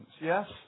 Yes